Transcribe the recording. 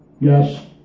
yes